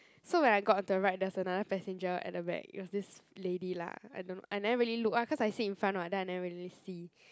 so when I got onto the ride there's another passenger at the back it was this lady lah I don't I never really look ah cause I sit in front [what] then I never really see